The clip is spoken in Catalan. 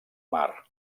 mar